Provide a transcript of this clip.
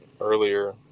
earlier –